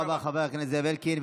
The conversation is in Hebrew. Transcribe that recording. תודה רבה, חבר הכנסת זאב אלקין.